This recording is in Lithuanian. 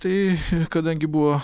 tai kadangi buvo